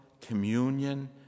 communion